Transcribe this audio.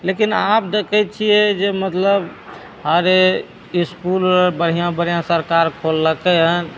लेकिन आब देखैत छियै जे मतलब अरे इसकूल बढ़िआँ बढ़िआँ सरकार खोललकै हन